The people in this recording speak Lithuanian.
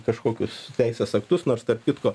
kažkokius teisės aktus nors tarp kitko